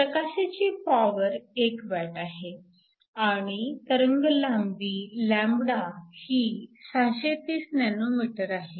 प्रकाशाची power 1 watt आहे आणि तरंगलांबी λ ही 630 nm आहे